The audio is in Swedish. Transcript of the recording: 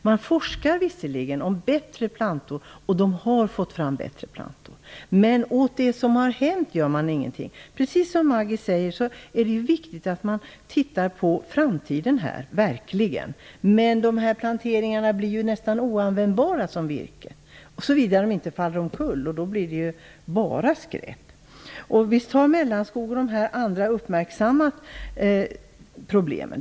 Man forskar om bättre plantor, och man har fått fram bättre plantor. Men åt det som har hänt gör man ingenting. Precis som Maggi Mikaelsson säger, är det verkligen viktigt att man tittar på framtiden. Men de här planteringarna blir ju nästan oanvändbara som virke - såvida de inte faller omkull; då blir de ju bara skräp. Visst har Mellanskog och de andra uppmärksammat problemen.